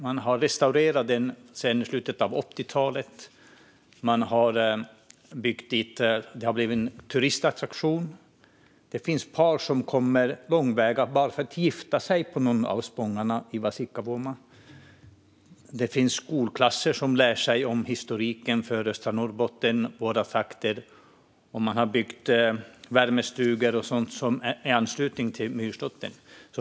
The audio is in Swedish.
Man har restaurerat den sedan slutet på 80-talet, och den har blivit en turistattraktion. Det finns par som kommer långväga ifrån för att gifta sig på någon av spångarna i Vasikkavuoma. Det finns skolklasser som lär sig om historien för våra trakter i östra Norrbotten. Man har byggt värmestugor och sådant i anslutning till myrslåttern.